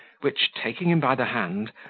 which, taking him by the hand,